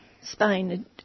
Spain